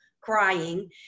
crying